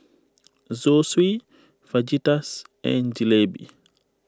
Zosui Fajitas and Jalebi